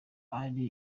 ari